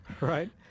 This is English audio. Right